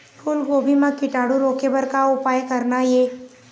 फूलगोभी म कीटाणु रोके बर का उपाय करना ये?